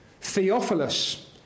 Theophilus